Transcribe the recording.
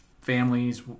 families